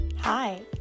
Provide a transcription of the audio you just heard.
Hi